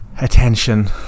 attention